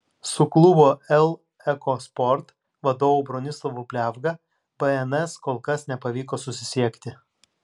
su klubo el eko sport vadovu bronislovu pliavga bns kol kas nepavyko susisiekti